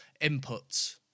inputs